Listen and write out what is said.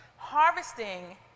Harvesting